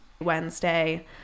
wednesday